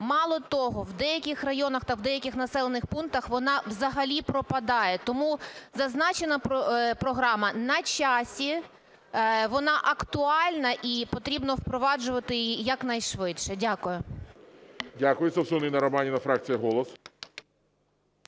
Мало того, в деяких районах та в деяких населених пунктах вона взагалі пропадає, тому зазначена програма на часі, вона актуальна і потрібно впроваджувати її якнайшвидше. Дякую. ГОЛОВУЮЧИЙ. Дякую. Совсун Інна Романівна, фракція "Голос".